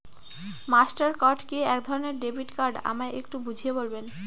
Master card কি একধরণের debit card আমায় একটু বুঝিয়ে বলবেন?